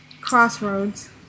Crossroads